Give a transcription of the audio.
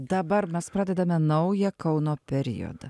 dabar mes pradedame naują kauno periodą